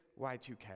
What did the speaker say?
Y2K